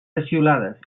peciolades